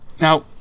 Now